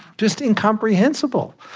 just incomprehensible.